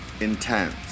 intense